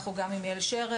אנחנו גם עם יעל שרר,